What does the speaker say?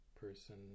person